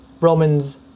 Romans